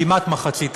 כמעט מחצית,